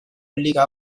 liga